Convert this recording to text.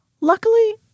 Luckily